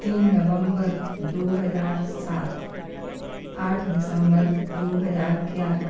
तीन नवंबर दो हज़ार सात आठ दिसंबर दो हज़ार ग्यारह